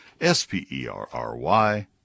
S-P-E-R-R-Y